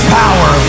power